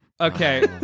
Okay